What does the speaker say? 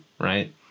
right